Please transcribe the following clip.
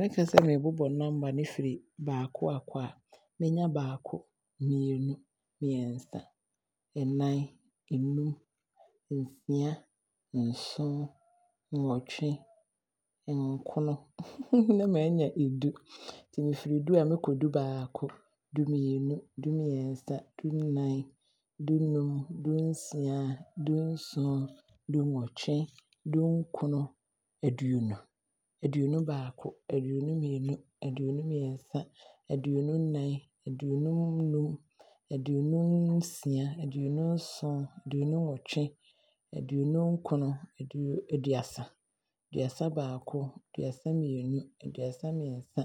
Mekasɛ meebobɔ nɔma no firi baakɔ aakɔ a, mɛnya baako, mmienu, mmiɛnsa, nnan, nnum ,nsia, nson, nnwɔtwe, nkron, na maanya ɛdu. Sɛ me firi ɛdu a na maakɔ du-baako, du-mmienu, du-mmiɛnsa, du-nan du-num, du-nsia, du-nson, du-nwɔtwe, du-nkron, aduonu. Aduonu-baako, aduonu-mmienu, aduonu-mmiɛsa, aduonu-nnan, aduonu-num, aduonu-nsia, aduonu-nson, aduonu-nwɔtwe, aduonu-nkron, aduasa. Aduasa- baako, aduasa-mmienu, Aduana-mmiɛnsa,